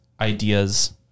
ideas